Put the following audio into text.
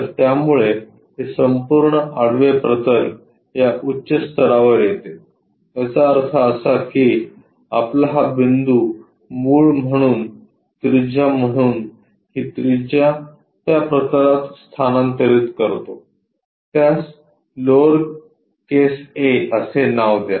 तर त्यामुळे हे संपूर्ण आडवे प्रतल या उच्च स्तरावर येते याचा अर्थ असा की आपला हा बिंदू मूळ म्हणून त्रिज्या म्हणून ही त्रिज्या त्या प्रतलात स्थानांतरित करतो त्यास लोअर केस a असे नाव द्या